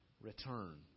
Return